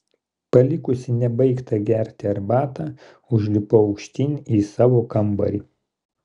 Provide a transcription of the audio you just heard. palikusi nebaigtą gerti arbatą užlipau aukštyn į savo kambarį